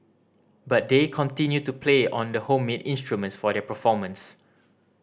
but they continue to play on the homemade instruments for their performance